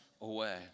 away